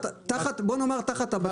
בוא נאמר תחת הבט"פ.